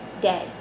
day